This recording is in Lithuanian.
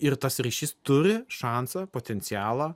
ir tas ryšys turi šansą potencialą